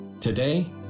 Today